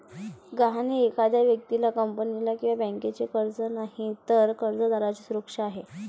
गहाण हे एखाद्या व्यक्तीला, कंपनीला किंवा बँकेचे कर्ज नाही, तर कर्जदाराची सुरक्षा आहे